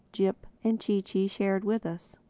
jip and chee-chee shared with us.